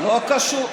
לא קשור.